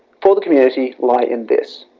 for the community lie in this